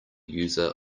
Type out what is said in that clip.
user